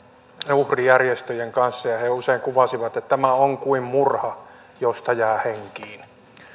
uhrijärjestöjen kanssa ja he usein kuvasivat että tämä on kuin murha josta jää henkiin